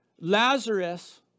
Lazarus